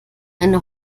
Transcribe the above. eine